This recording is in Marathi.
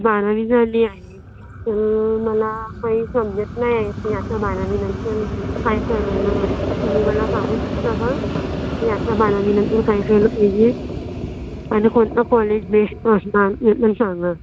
बारावी झाली आहे मला काही समजत नाही की आता बारावीनंतर काय करायला हवं तुम्ही मला सांगू शकता का की आता बारावीनंतर काय केलं पाहिजे आणि कोणतं कॉलेज बेस्ट असणार हे पण सांगा